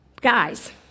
guys